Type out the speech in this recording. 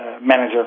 manager